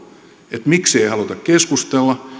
että miksi ei haluta keskustella